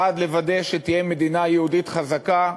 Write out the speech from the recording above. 1. לוודא שתהיה מדינה יהודית חזקה,